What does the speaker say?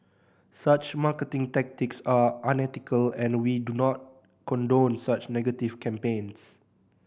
such marketing tactics are unethical and we do not condone such negative campaigns